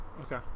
okay